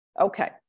Okay